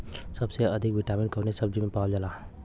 सबसे अधिक विटामिन कवने सब्जी में पावल जाला?